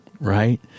right